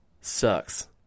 sucks